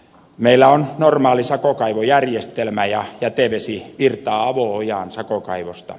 meillä on normaali sakokaivojärjestelmä ja jätevesi virtaa avo ojaan sakokaivosta